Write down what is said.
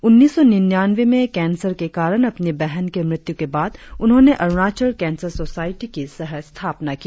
उन्नीस सौ निन्यानवें में कैंसर के कारण अपनी बहन की मृत्यु के बाद उन्होंने अरुणाचल कैंसर सोसायटी की सह स्थापना की